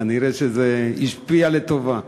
כנראה זה השפיע לטובה.